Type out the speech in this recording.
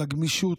על הגמישות,